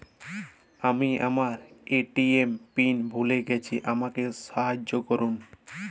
আমি আমার ATM pin ভুলে গেছি আমাকে সাহায্য করুন